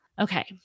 Okay